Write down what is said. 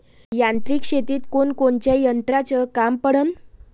यांत्रिक शेतीत कोनकोनच्या यंत्राचं काम पडन?